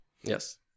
Yes